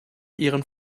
ihren